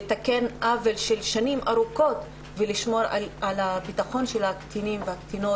צריך לתקן עוול של שנים ארוכות ולשמור על הביטחון של הקטינים והקטינות